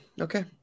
okay